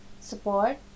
support